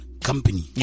company